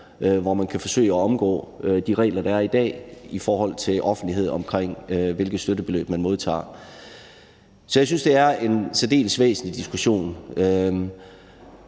hvor man kan forsøge at omgå de regler, der er i dag i forhold til offentlighed omkring, hvilke støttebeløb man modtager. Så jeg synes, det er en særdeles væsentlig diskussion,